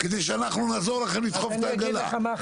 כדי שאנחנו נעזור לכם לדחוף את העגלה.